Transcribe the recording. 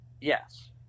Yes